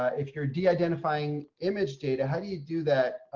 ah if you're de-identifying image data how do you do that.